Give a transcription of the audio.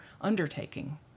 undertaking